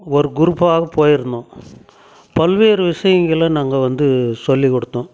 ஒரு குரூப்பா போயிருந்தோம் பல்வேறு விஷயங்கள நாங்கள் வந்து சொல்லிக் கொடுத்தோம்